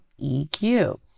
EQ